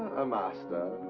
a master.